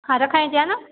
हा रखाए थी हा न